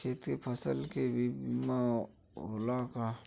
खेत के फसल के भी बीमा होला का?